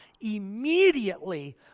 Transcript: immediately